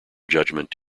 judgment